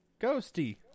ghosty